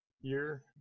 year